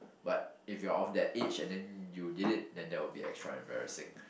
but if you're of that age and then you did it then that will be extra embarrassing